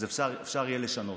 אז אפשר יהיה לשנות.